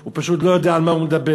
הוא לא יודע על מה הוא מדבר.